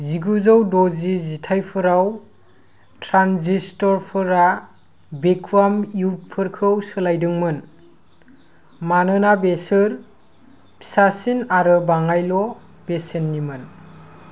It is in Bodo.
जिगुजौ द'जि जिथायफोराव ट्रान्जेस्टरफोरा भेकुवाम इउबफोरखौ सोलायदोंमोन मानोना बेसोर फिसासिन आरो बाङायल' बेसेननिमोन